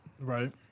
Right